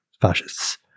fascists